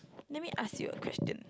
let me ask you a question